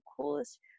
coolest